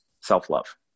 self-love